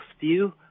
view